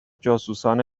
جاسوسان